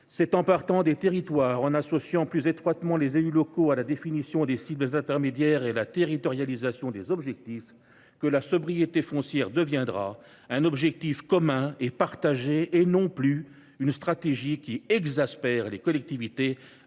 c’est en partant des territoires et en associant plus étroitement les élus locaux à la définition des cibles intermédiaires et à la territorialisation des objectifs que la sobriété foncière deviendra un objectif commun et partagé, et non plus une stratégie qui exaspère les collectivités,